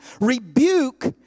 Rebuke